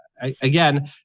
Again